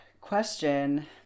Question